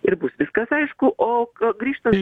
ir bus viskas aišku o grįžtant